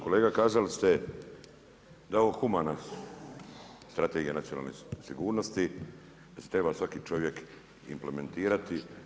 Kolega kazali ste da je ovo humana Strategija nacionalne sigurnosti, da se treba svaki čovjek implementirati.